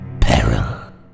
Peril